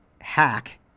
hack